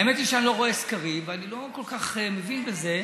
האמת היא שאני לא רואה סקרים ואני לא כל כך מבין בזה,